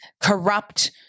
corrupt